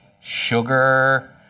sugar